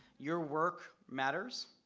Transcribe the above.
your work matters,